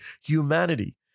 humanity